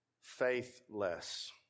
faithless